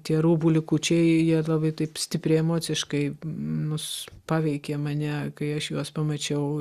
tie rūbų likučiai jie labai taip stipriai emociškai mus paveikė mane kai aš juos pamačiau